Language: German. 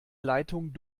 leitung